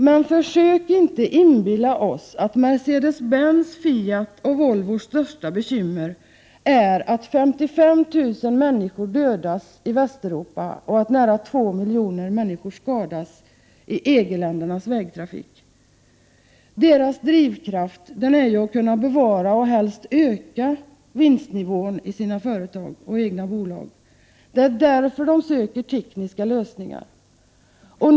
Men försök inte inbilla oss att Mercedes Benz, Fiats och Volvos största bekymmer är att 55 000 människor dödas och nära 2 miljoner människor skadas varje år i EG-ländernas vägtrafik. De här företagens drivkraft är att kunna bevara och helst öka vinstnivån i de egna bolagen. Det är därför som de söker tekniska lösningar.